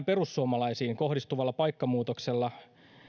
perussuomalaisiin kohdistuvalle paikkamuutokselle